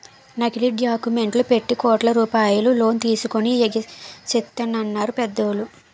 నకిలీ డాక్యుమెంట్లు పెట్టి కోట్ల రూపాయలు లోన్ తీసుకొని ఎగేసెత్తన్నారు పెద్దోళ్ళు